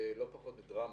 איתמר, זה לא פחות מדרמה.